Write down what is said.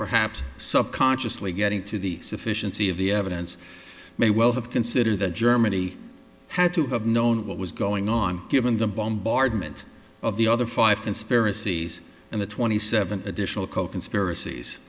perhaps subconsciously getting to the sufficiency of the evidence may well have in city that germany had to have known what was going on given the bombardment of the other five conspiracies and the twenty seven additional co conspiracies